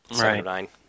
Right